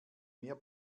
mehr